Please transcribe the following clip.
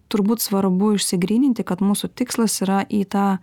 turbūt svarbu išsigryninti kad mūsų tikslas yra į tą